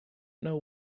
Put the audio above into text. know